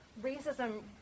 racism